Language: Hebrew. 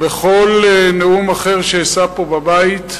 בכל נאום אחר שאשא פה בבית,